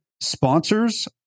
sponsors